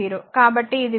కాబట్టి ఇది v0 v 1 v 2 0